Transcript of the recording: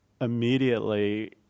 immediately